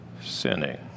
sinning